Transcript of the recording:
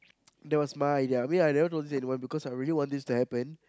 that was my idea I mean I never told this to anyone because I really want this to happen